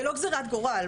זו לא גזירת גורל,